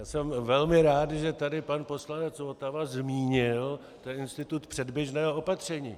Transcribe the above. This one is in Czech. Jsem velmi rád, že tady pan poslanec Votava zmínil institut předběžného opatření.